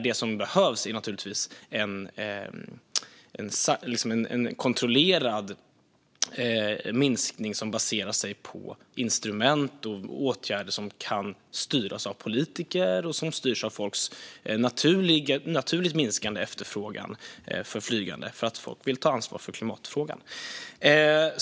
Det som behövs är i stället en kontrollerad minskning som baserar sig på instrument och åtgärder som kan styras av politiker och som styrs av folks naturligt minskande efterfrågan på flygande därför att de vill ta ansvar för klimatfrågan.